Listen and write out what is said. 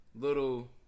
little